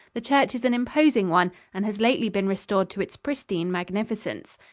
the church is an imposing one and has lately been restored to its pristine magnificence.